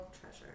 treasure